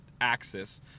axis